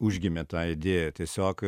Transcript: užgimė ta idėja tiesiog